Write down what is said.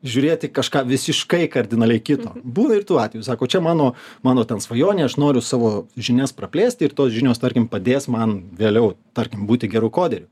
žiūrėti kažką visiškai kardinaliai kito būna ir tų atvejų sako čia mano mano ten svajonė aš noriu savo žinias praplėsti ir tos žinios tarkim padės man vėliau tarkim būti geru koderiu